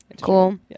Cool